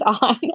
on